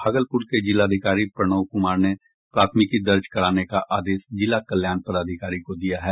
भागलपुर के जिलाधिकारी प्रणव कुमार ने प्राथमिकी दर्ज कराने का आदेश जिला कल्याण पदाधिकरी को दिया है